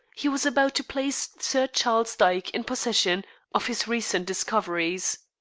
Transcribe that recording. he was about to place sir charles dyke in possession of his recent discoveries.